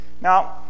Now